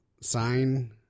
sign